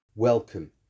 Welcome